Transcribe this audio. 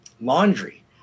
Laundry